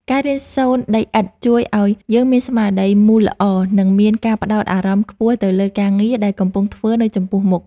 ការរៀនសូនដីឥដ្ឋជួយឱ្យយើងមានស្មារតីមូលល្អ និង មានការផ្ដោតអារម្មណ៍ខ្ពស់ទៅលើការងារដែលកំពុងធ្វើនៅចំពោះមុខ។